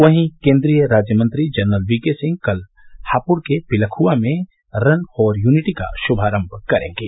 वहीं केन्द्रीय राज्य मंत्री जनरल वीके सिंह कल हापुड़ के पिलखुआ में रन फॉर यूनिटी का शुभारम्भ करेंगे